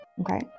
Okay